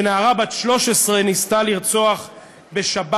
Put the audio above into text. ונערה בת 13 ניסתה לרצוח בשבת